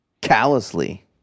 Callously